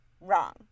Wrong